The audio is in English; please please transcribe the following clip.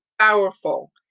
powerful